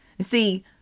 See